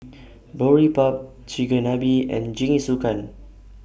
Boribap Chigenabe and Jingisukan